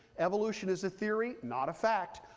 evolution is a theory, not a fact,